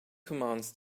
commands